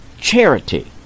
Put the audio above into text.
charity